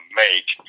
make